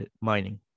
mining